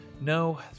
No